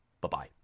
Bye-bye